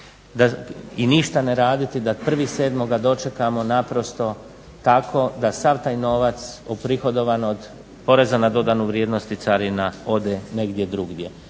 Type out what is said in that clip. i ništa ne raditi da 1.07. dočekamo naprosto tako da sav taj novac uprihodovan od poreza na dodanu vrijednost i carina ode negdje drugdje.